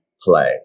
play